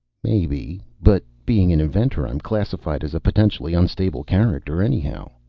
maybe. but being an inventor, i'm classified as a potentially unstable character anyhow.